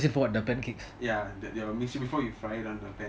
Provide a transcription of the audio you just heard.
ya your mix before you fry it on the pan